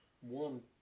one